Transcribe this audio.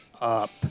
up